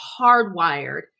hardwired